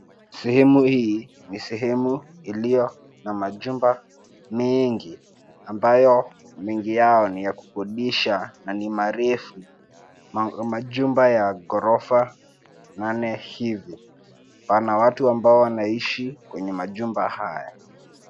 Sehemu hii ni sehemu iliyo na majumba mingi ambayo mengi yao ni ya kukodisha na ni marefu. Majumba ya ghorofa manne hivi. Pana watu ambao wanaishi kwenye majumba haya.